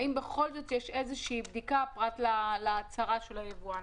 האם בכל זאת יש איזו בדיקה פרט להצהרה של היבואן?